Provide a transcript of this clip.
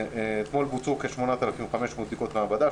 אתמול בוצעו כ-8,500 בדיקות מעבדה,